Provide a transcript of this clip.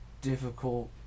difficult